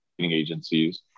agencies